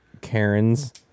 Karens